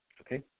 okay